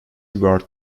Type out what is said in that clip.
regard